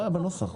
היה בנוסח,